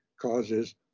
causes